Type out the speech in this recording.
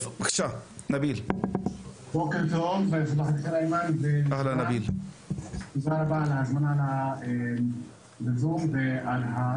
בוקר טוב, תודה רבה על ההזמנה לדיון.